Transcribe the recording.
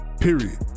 period